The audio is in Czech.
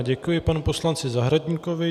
Děkuji panu poslanci Zahradníkovi.